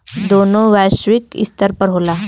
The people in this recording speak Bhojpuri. दोनों वैश्विक स्तर पर होला